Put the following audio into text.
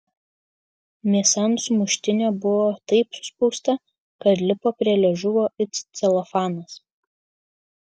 mėsa ant sumuštinio buvo taip suspausta kad lipo prie liežuvio it celofanas